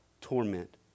torment